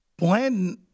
Blandon